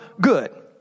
good